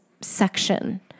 section